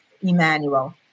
Emmanuel